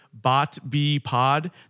BOTBPOD